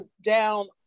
down